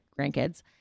grandkids